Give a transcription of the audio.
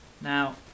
Now